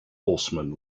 horsemen